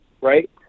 right